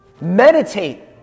Meditate